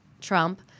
Trump